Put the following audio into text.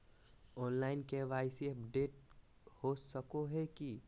Online KYC update हो सको है की?